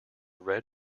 read